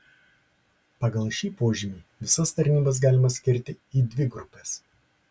pagal šį požymį visas tarnybas galima skirti į dvi grupes